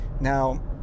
now